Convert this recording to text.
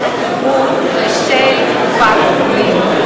ושל קופת-חולים.